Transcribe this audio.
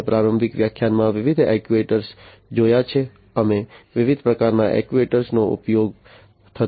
અમે પ્રારંભિક વ્યાખ્યાનમાં વિવિધ એક્ટ્યુએટર જોયા છે અમે વિવિધ પ્રકારના એક્ટ્યુએટરનો ઉપયોગ થતો જોયો છે